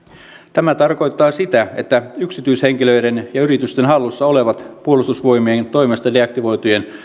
tämä tarkoittaa sitä että yksityishenkilöiden ja yritysten hallussa olevien puolustusvoimien toimesta deaktivoitujen